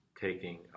taking